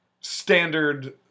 standard